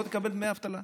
בוא תקבל דמי אבטלה.